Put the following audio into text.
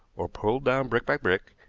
or pulled down brick by brick,